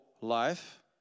life